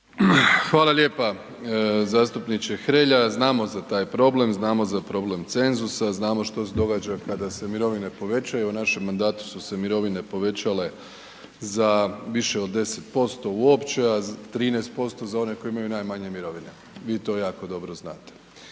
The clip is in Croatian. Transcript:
Hvala lijepa zastupniče Hrelja. Znamo za taj problem, znamo za problem cenzusa, znamo što se događa kada se mirovine povećaju, u našem mandatu su se mirovine povećale za više od 10% uopće, a 13% za one koji imaju najmanje mirovine. Vi to jako dobro znate